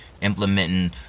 implementing